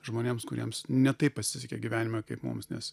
žmonėms kuriems ne taip pasisekė gyvenime kaip mums nes